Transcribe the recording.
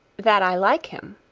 that i like him.